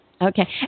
Okay